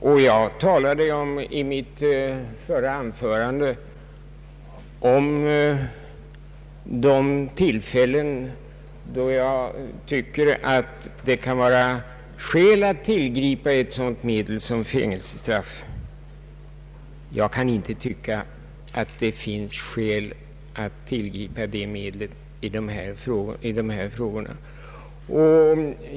I mitt förra anförande talade jag om de tillfällen då det kan vara skäl att tillgripa ett sådant medel som fängelsestraff. Jag kan inte tycka att det finns skäl att tillgripa det medlet i detta sammanhang.